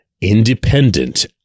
independent